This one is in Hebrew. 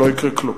ולא יקרה כלום,